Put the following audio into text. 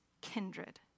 kindred